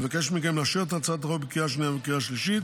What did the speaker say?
אני מבקש מכם לאשר את הצעת החוק בקריאה השנייה ובקריאה השלישית